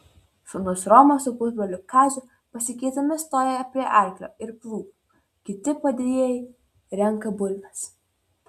sūnus romas su pusbroliu kaziu pasikeisdami stoja prie arklio ir plūgo kiti padėjėjai renka bulves